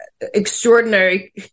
extraordinary